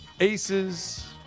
aces